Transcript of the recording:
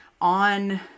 on